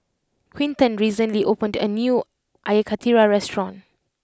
Quinton recently opened a new Air Karthira restaurant